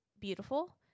beautiful